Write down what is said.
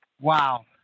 wow